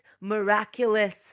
miraculous